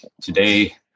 Today